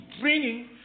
bringing